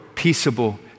Peaceable